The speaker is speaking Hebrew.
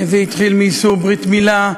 זה התחיל מאיסור ברית מילה,